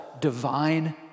divine